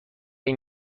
این